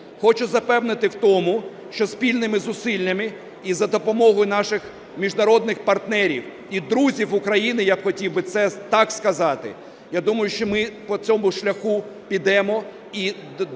Хочу запевнити в тому, що спільними зусиллями, і за допомогою наших міжнародних партнерів, і друзів України, я хотів би це так сказати, я думаю, що ми по цьому шляху підемо і дійдемо